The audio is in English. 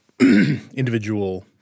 individual